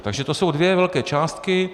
Takže to jsou dvě velké částky.